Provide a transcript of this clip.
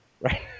Right